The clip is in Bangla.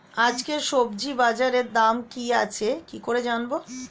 আজকে সবজি বাজারে দাম কি আছে কি করে জানবো?